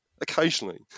occasionally